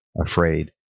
afraid